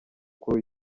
kuri